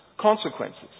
consequences